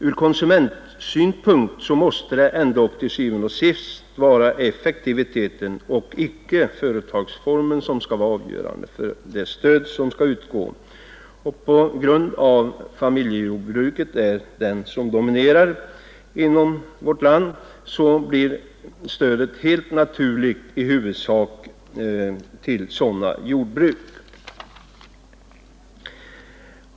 Ur konsumentsynpunkt måste det ändå til syvende og sidst vara effektiviteten och icke företagsformen som skall vara avgörande för det stöd som skall utgå, och eftersom familjejordbruket är den form som dominerar i vårt land går stödet helt naturligt i huvudsak till sådana jordbruk.